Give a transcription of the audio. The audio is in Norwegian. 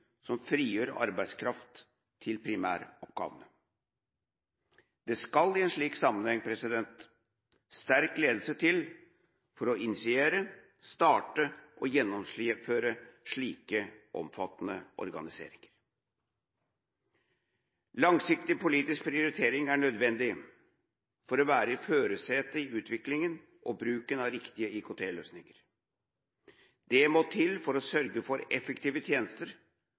som frigjør arbeidskraft til primæroppgavene. Det skal i en slik sammenheng sterk ledelse til for å initiere, starte og gjennomføre slike omfattende organiseringer. Langsiktig politisk prioritering er nødvendig for å være i førersetet i utviklingen og bruken av riktige IKT-løsninger. Det må til for å sørge for effektive tjenester